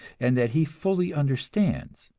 and that he fully understands.